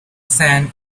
sand